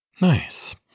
Nice